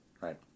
right